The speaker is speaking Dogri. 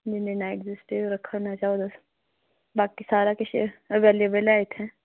बिना नाईट दा स्टे रक्खो आं तुस बाकी सारा कुछ अबेलएबल ऐ इत्थें